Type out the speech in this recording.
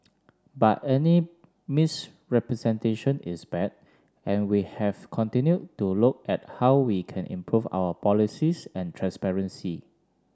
but any misrepresentation is bad and we have continued to look at how we can improve our policies and transparency